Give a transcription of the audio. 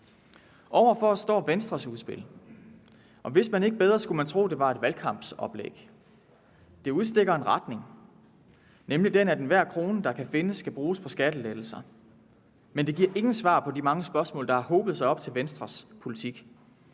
Over for det står Venstres udspil, og hvis man ikke vidste bedre, skulle man tro, det var et valgkampsoplæg. Det udstikker en retning, nemlig den, at enhver krone, der kan findes, skal bruges på skattelettelser. Men der gives ingen svar på de mange spørgsmål til Venstres politik,